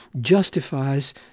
justifies